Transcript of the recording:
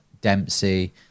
Dempsey